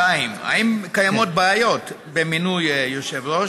2. האם קיימות בעיות במינוי יושב-ראש?